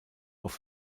auf